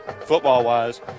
football-wise